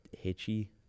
Hitchy